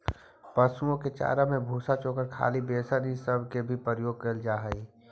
पशुओं के चारा में भूसा, चोकर, खली, बेसन ई सब के भी प्रयोग कयल जा हई